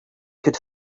could